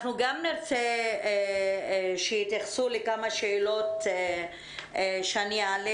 אנחנו גם נרצה שיתייחסו לכמה שאלות שאני אעלה